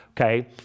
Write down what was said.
okay